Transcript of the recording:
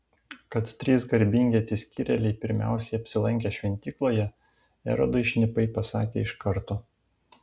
kad trys garbingi atsiskyrėliai pirmiausiai apsilankė šventykloje erodui šnipai pasakė iš karto